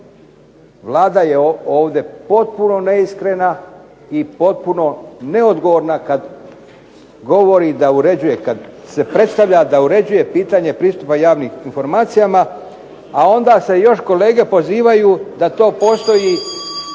Vlada je ovdje potpuno neiskrena i potpuno neodgovorna kada se predstavlja da uređuje pitanje pristupa javnim informacijama, a onda se još kolege pozivaju da to postoji